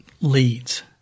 leads